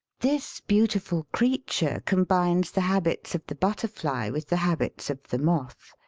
this beautiful creature combines the habits of the butterfly with the habits of the moth.